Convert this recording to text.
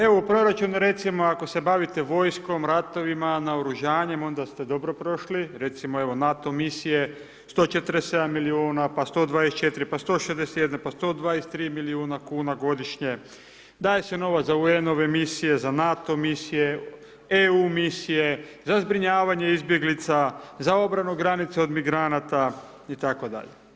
Evo u proračun, recimo, ako se bavite vojskom, ratovima, naoružanjem, onda ste dobro prošli, recimo evo, NATO misije 147 milijuna, pa 124, pa 161, pa 123 milijuna kuna godišnje, daje se novac za UN-ove misije, za NATO misije, za EU misije, za zbrinjavanje izbjeglica, za obranu granica od migranata itd.